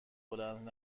بلند